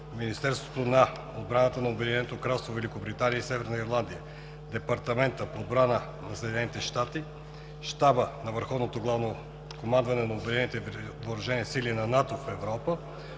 Министерството на отбраната на Обединено кралство Великобритания и Северна Ирландия, Департамента по отбрана на Съединените американски щати и Щаба на Върховното главно командване на Обединените въоръжени сили на НАТО в Европа